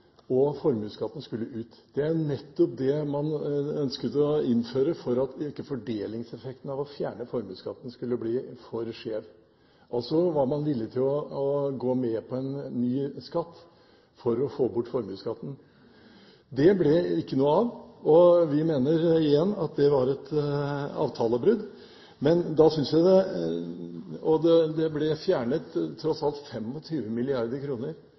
og formuesskatten skulle ut. Det var nettopp det man ønsket å innføre, for at fordelingseffekten av formuesskatten ikke skulle bli for skjev – altså var man villig til å gå med på en ny skatt for å få bort formuesskatten. Det ble det ikke noe av, og vi mener, igjen, at det var et avtalebrudd. Det ble tross alt fjernet 25 mrd. kr i skatt i den perioden, og det var andre skatter som sto først i køen for å bli fjernet.